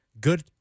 good